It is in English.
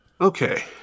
Okay